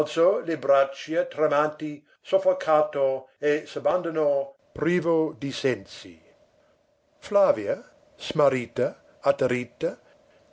le braccia tremanti soffocato e s'abbandonò privo di sensi flavia smarrita atterrita